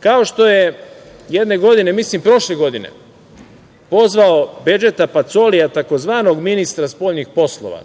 Kao što je jedne godine, mislim prošle godine, pozvao Bedžeta Pacolija, takozvanog ministra spoljnih poslova